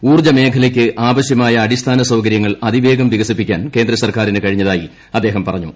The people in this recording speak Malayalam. ഊർജമേഖലയ്ക്ക് ആവശ്യമായ അടിസ്ഥാന സൌകര്യങ്ങൾ അതിവേഗം വികസിപ്പിക്കാൻ കേന്ദ്ര സർക്കാരിന് കഴിഞ്ഞതായി അദ്ദേഹം പറഞ്ഞു